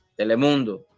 telemundo